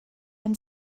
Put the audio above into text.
and